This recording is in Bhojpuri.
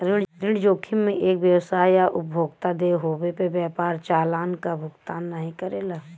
ऋण जोखिम में एक व्यवसाय या उपभोक्ता देय होये पे व्यापार चालान क भुगतान नाहीं करला